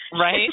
Right